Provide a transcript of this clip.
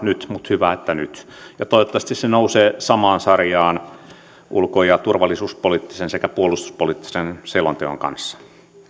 nyt mutta hyvä että nyt toivottavasti se nousee samaan sarjaan ulko ja turvallisuuspoliittisen sekä puolustuspoliittisen selonteon kanssa